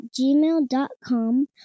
gmail.com